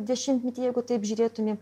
dešimtmetį jeigu taip žiūrėtumėm